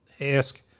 ask